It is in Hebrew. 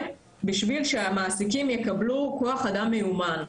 בשביל שהמעסיקים יקבל כוח אדם מיומן.